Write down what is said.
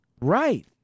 Right